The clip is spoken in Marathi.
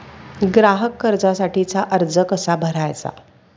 ग्राहक कर्जासाठीचा अर्ज कसा भरायचा?